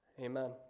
Amen